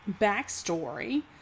backstory